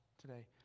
today